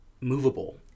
movable